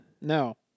No